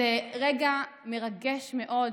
זה רגע מרגש מאוד,